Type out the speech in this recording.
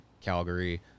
Calgary